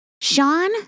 Sean